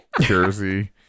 Jersey